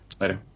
Later